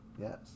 Yes